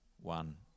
one